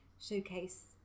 Showcase